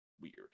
weird